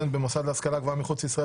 אסון צ'רנוביל (תיקון - הגדלת מענק ושיפור זכויות),